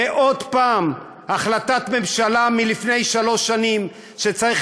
ועוד פעם החלטת ממשלה מלפני שלוש שנים שצריך